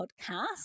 podcast